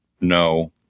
no